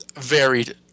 varied